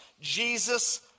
Jesus